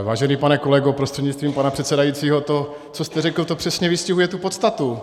Vážený pane kolego prostřednictvím pana předsedajícího, to, co jste řekl, to přesně vystihuje tu podstatu.